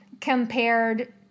compared